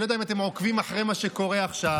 אני לא יודע אם אתם עוקבים אחרי מה שקורה עכשיו,